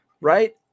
right